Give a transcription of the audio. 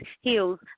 heels